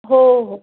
हो हो